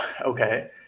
okay